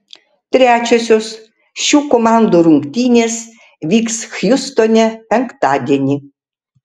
trečiosios šių komandų rungtynės vyks hjustone penktadienį